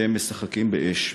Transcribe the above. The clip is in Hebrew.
אתם משחקים באש,